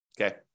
Okay